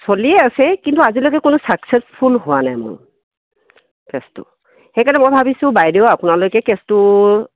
চলিয়েই আছে কিন্তু আজিলৈকে কোনো চাকচেছফুল হোৱা নাই মোৰ কেছটো সেইকাৰণে মই ভাবিছোঁ বাইদেউ আপোনালৈকে কেছটো